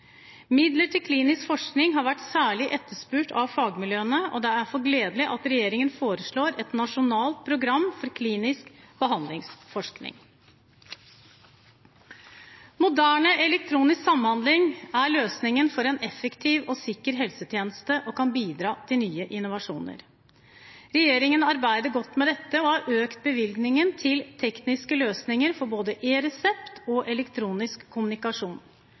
Midler til klinisk forskning har vært særlig etterspurt av fagmiljøene. Det er derfor gledelig at regjeringen foreslår et nasjonalt program for klinisk behandlingsforskning. Moderne elektronisk samhandling er løsningen for en effektiv og sikker helsetjeneste og kan bidra til nye innovasjoner. Regjeringen arbeider godt med dette og har økt bevilgningen til tekniske løsninger for både e-resept og elektronisk kommunikasjon.